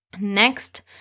Next